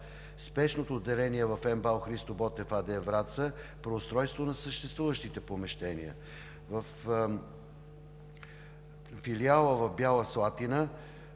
Спешното отделение в МБАЛ „Христо Ботев“ АД – Враца – преустройство на съществуващите помещения; във филиала в Бяла Слатина